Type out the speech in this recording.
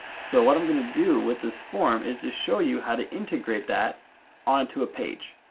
so what i'm going to do with this form is to show you how to integrate that onto a page.